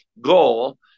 goal